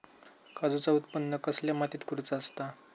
काजूचा उत्त्पन कसल्या मातीत करुचा असता?